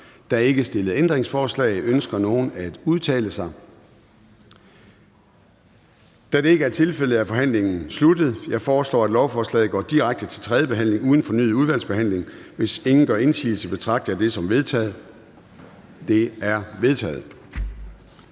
Der er ikke stillet ændringsforslag. Ønsker nogen at udtale sig? Da det ikke er tilfældet, er forhandlingen sluttet. Jeg foreslår, at lovforslaget går direkte til tredje behandling uden fornyet udvalgsbehandling. Hvis ingen gør indsigelse, betragter jeg det som vedtaget. Det er vedtaget.